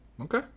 Okay